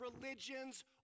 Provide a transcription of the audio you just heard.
religions